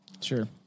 Sure